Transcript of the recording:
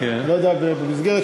אני לא יודע באיזו מסגרת,